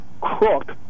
crook